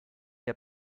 der